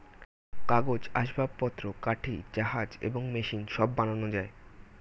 কাগজ, আসবাবপত্র, কাঠি, জাহাজ এবং মেশিন সব বানানো যায়